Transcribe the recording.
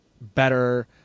better